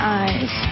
eyes